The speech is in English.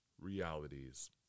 realities